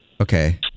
Okay